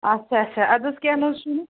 اچھا اچھا اَدٕ حظ کیٚنٛہہ نہٕ حظ چھُنہٕ